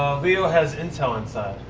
leo has intel inside.